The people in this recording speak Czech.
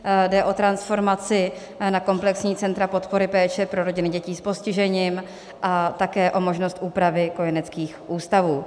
Jde o transformaci na komplexní centra podpory péče pro rodiny dětí s postižením a také o možnost úpravy kojeneckých ústavů.